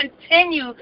continue